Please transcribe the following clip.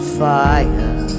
fire